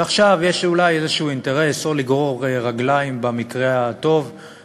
ועכשיו יש אולי איזה אינטרס או לגרור רגליים במקרה הטוב,